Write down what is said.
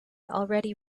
already